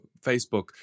facebook